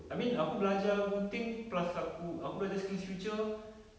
I mean aku belajar gunting plus aku aku belajar skillsfuture